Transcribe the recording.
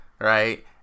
right